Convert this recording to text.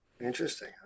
Interesting